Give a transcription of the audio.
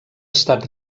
estat